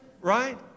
Right